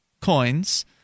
coins